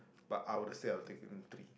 but I would say I take only three